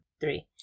three